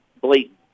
blatant